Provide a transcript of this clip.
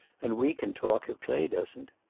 and we can talk, if clay doesn't.